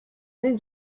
nez